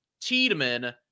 Tiedemann